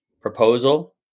proposal